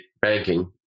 banking